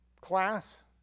class